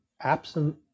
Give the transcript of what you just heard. absent